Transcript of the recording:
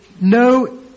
no